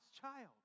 child